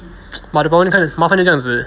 but the problem 麻烦就这样子